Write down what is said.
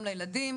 גם לילדים.